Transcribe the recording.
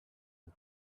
you